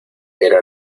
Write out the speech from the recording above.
era